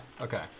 okay